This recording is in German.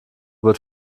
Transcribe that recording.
wird